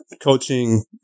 coaching